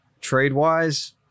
trade-wise